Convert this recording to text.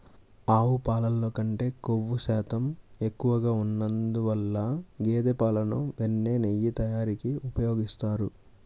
ఆవు పాలల్లో కంటే క్రొవ్వు శాతం ఎక్కువగా ఉన్నందువల్ల గేదె పాలను వెన్న, నెయ్యి తయారీకి ఉపయోగిస్తారు